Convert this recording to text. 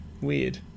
Weird